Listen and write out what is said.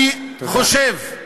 אני חושב,